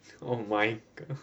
oh my g~